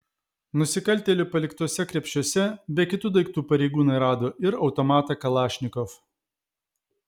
nusikaltėlių paliktuose krepšiuose be kitų daiktų pareigūnai rado ir automatą kalašnikov